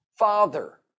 father